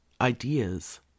Ideas